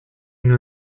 une